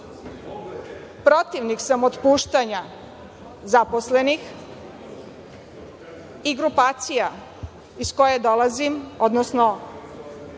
Protivnik sam otpuštanja zaposlenih i grupacija iz koje dolazim, odnosno